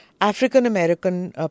African-American